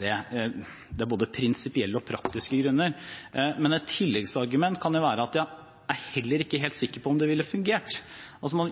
det. Det er både prinsipielle og praktiske grunner, men et tilleggsargument kan være at jeg er heller ikke helt sikker på om det ville fungert.